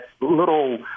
little